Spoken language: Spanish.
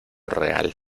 real